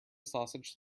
sausage